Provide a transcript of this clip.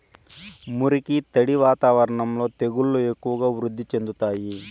మురికి, తడి వాతావరణంలో తెగుళ్లు ఎక్కువగా వృద్ధి చెందుతాయి